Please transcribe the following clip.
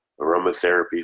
aromatherapy